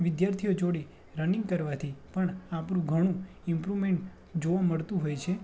વિદ્યાર્થીઓ જોડે રનિંગ કરવાથી પણ આપણુ ઘણું ઇમ્પ્રુવમેન્ટ જોવા મળતું હોય છે